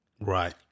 Right